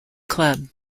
club